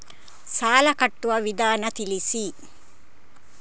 ಸಾಲ ಕಟ್ಟುವ ವಿಧಾನ ತಿಳಿಸಿ?